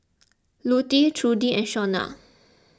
Lutie Trudi and Shaunna